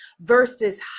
versus